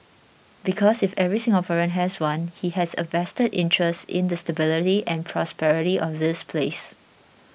because if every Singaporean has one he has a vested interest in the stability and prosperity of this place